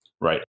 Right